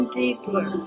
deeper